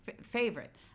Favorite